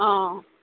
অঁ